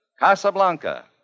Casablanca